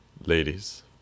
Ladies